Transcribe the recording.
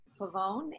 Pavone